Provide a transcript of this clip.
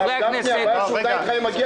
חברי הכנסת ביקשו